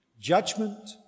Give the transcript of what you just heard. judgment